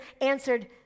answered